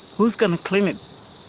who's going to clean it?